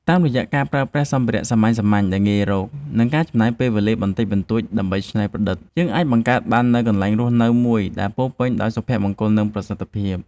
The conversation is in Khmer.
តាមរយៈការប្រើប្រាស់សម្ភារៈសាមញ្ញៗដែលងាយរក និងការចំណាយពេលវេលាបន្តិចបន្តួចដើម្បីច្នៃប្រឌិត យើងអាចបង្កើតបាននូវកន្លែងរស់នៅមួយដែលពោរពេញដោយសុភមង្គល និងប្រសិទ្ធភាព។